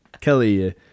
kelly